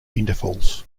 intervals